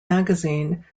magazine